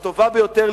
הטובה ביותר,